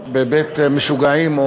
בבית-משוגעים.